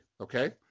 okay